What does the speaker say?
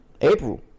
April